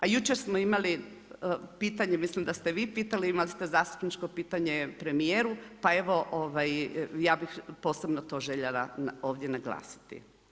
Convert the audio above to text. A jučer smo imali pitanje, mislim da ste vi pitali, imali ste zastupničko pitanje premijeru, pa evo ja bih posebno to željela ovdje naglasiti.